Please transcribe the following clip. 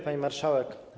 Pani Marszałek!